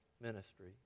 ministry